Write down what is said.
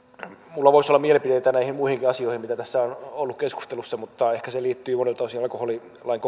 minulla voisi olla mielipiteitä näihin muihinkin asioihin mitä tässä on ollut keskustelussa mutta ehkä ne liittyvät monilta osin alkoholilain